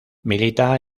milita